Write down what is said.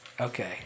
Okay